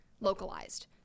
localized